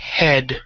head